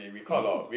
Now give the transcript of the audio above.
!ee!